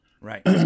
Right